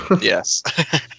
Yes